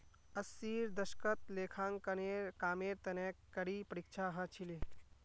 अस्सीर दशकत लेखांकनेर कामेर तने कड़ी परीक्षा ह छिले